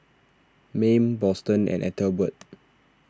Mayme Boston and Ethelbert